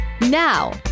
Now